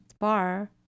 bar